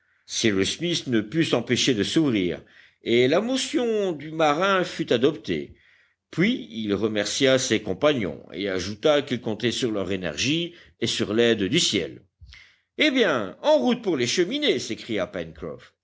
cyrus smith ne put s'empêcher de sourire et la motion du marin fut adoptée puis il remercia ses compagnons et ajouta qu'il comptait sur leur énergie et sur l'aide du ciel eh bien en route pour les cheminées s'écria